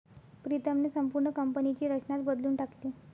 प्रीतमने संपूर्ण कंपनीची रचनाच बदलून टाकली